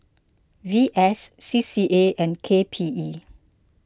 V S C C A and K P E